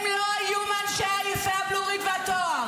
בבקשה.